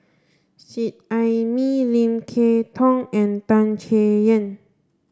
Seet Ai Mee Lim Kay Tong and Tan Chay Yan